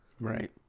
Right